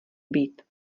být